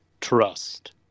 Trust